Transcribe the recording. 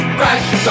crash